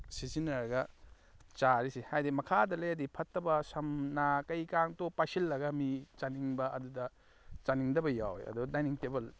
ꯁꯤꯖꯤꯟꯅꯔꯒ ꯆꯥꯔꯤꯁꯦ ꯍꯥꯏꯕꯗꯤ ꯃꯈꯥꯗ ꯂꯩꯔꯗꯤ ꯐꯠꯇꯕ ꯁꯝ ꯅꯥ ꯀꯩꯀꯥꯡꯗꯣ ꯄꯥꯏꯁꯤꯜꯂꯒ ꯃꯤ ꯆꯥꯅꯤꯡꯕ ꯑꯗꯨꯗ ꯆꯥꯅꯤꯡꯗꯕ ꯌꯥꯎꯔꯦ ꯑꯗꯨ ꯗꯥꯏꯅꯤꯡ ꯇꯦꯕꯜ